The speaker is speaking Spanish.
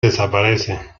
desaparece